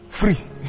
free